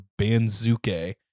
banzuke